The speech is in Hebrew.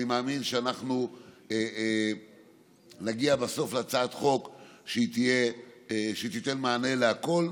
אני מאמין שנגיע בסוף להצעת חוק שתיתן מענה לכול,